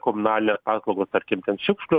komunalinės paslaugos tarkim ten šiukšlių